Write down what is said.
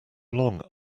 long